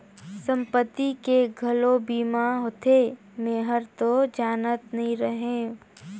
संपत्ति के घलो बीमा होथे? मे हरतो जानते नही रहेव